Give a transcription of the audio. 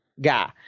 guy